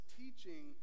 teaching